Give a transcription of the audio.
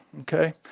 Okay